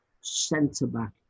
centre-back